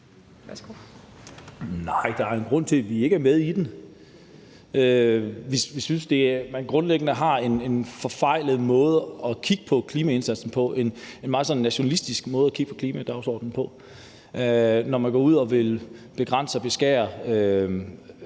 Nej, der er en grund til, at vi ikke er med i den. Vi synes, man grundlæggende har en forfejlet måde at kigge på klimaindsatsen på, en meget sådan nationalistisk måde at kigge på klimadagsordenen på. Når man går ud og vil begrænse og beskære